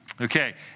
Okay